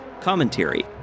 commentary